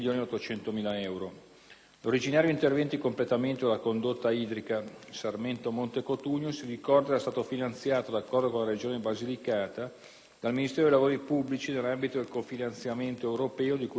L'originario intervento di completamento della condotta idrica Sarmento-Monte Cotugno, si ricorda, era stato finanziato, d'accordo con la Regione Basilicata, dal Ministero dei lavori pubblici nell'ambito del cofinanziamento europeo di cui al programma operativo